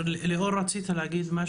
ליאור, רצית להגיד משהו?